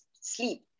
sleep